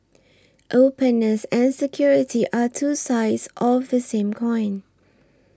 openness and security are two sides of the same coin